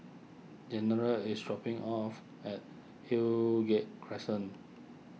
General is dropping off at Highgate Crescent